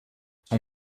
son